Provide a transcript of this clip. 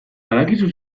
badakizu